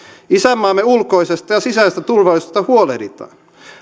isänmaamme ulkoisesta ja sisäisestä turvallisuudesta huolehditaan